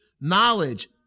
knowledge